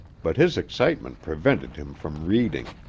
but his excitement prevented him from reading.